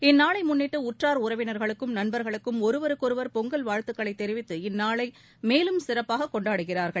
இந்நாளை முன்னிட்டு உற்றார் உறவினர்களுக்கும் நண்பர்களுக்கும் ஒருவருக்கொருவர் பொங்கல் வாழ்த்துக்களை தெரிவித்து இந்நாளை மேலும் சிறப்பாக கொண்டாடுகிறார்கள்